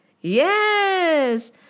yes